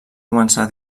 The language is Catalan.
començar